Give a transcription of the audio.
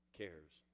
cares